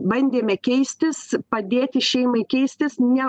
bandėme keistis padėti šeimai keistis ne